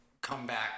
comeback